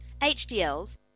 HDLs